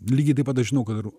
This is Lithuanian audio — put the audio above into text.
lygiai taip pat aš žinau ką darau